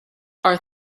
are